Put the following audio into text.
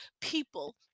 people